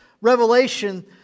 revelation